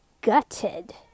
gutted